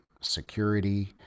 security